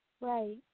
Right